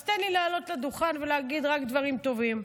אז תן לי לעלות לדוכן ולהגיד רק דברים טובים.